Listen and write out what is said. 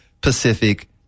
Pacific